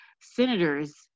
senators